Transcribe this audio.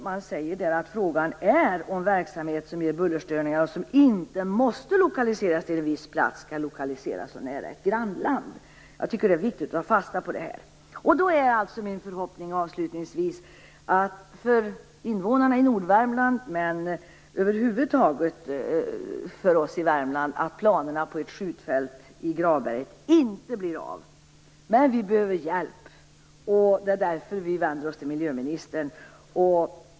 Man skriver: "Frågan är om verksamhet som ger bullerstörningar och som inte måste lokaliseras till en viss plats ska lokaliseras så nära ett grannland." Jag tycker att det är viktigt att ta fasta på. Avslutningsvis är min förhoppning, för invånarna i Nordvärmland och över huvud taget för oss i Värmland, att planerna på ett skjutfält i Gravberget inte genomförs. Men vi behöver hjälp, och det är därför vi vänder oss till miljöministern.